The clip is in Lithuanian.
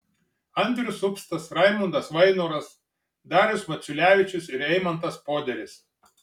andrius upstas raimundas vainoras darius maciulevičius ir eimantas poderis